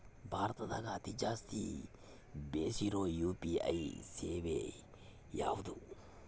ಭಾರತದಗ ಅತಿ ಜಾಸ್ತಿ ಬೆಸಿರೊ ಯು.ಪಿ.ಐ ಸೇವೆ ಯಾವ್ದು?